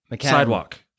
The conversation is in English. sidewalk